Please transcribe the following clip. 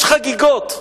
יש חגיגות.